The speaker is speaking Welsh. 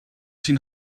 sydd